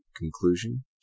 conclusion